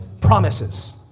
promises